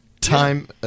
time